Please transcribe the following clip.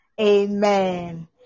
Amen